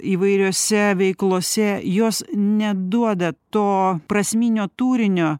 įvairiose veiklose jos neduoda to prasminio turinio